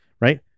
right